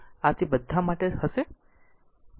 શું આ તે બધા સમય માટે હશે